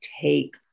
take